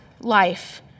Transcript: life